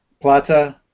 Plata